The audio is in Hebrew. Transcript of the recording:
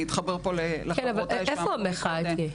אבל איפה תהיה המחאה?